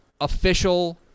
official